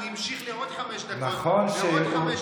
הוא המשיך עוד חמש דקות ועוד חמש דקות.